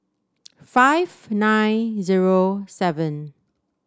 five nine zero seven